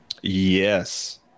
Yes